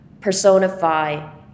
personify